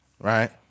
right